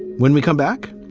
when we come back,